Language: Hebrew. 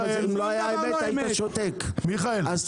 אם לא היה אמת היית שותק, אז